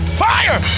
fire